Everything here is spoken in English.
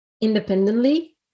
independently